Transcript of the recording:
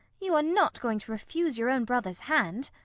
you are not going to refuse your own brother's hand?